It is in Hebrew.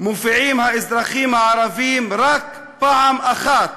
מופיעים האזרחים הערבים רק פעם אחת,